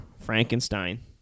Frankenstein